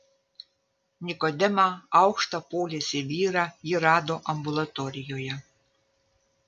nikodemą aukštą poliesį vyrą ji rado ambulatorijoje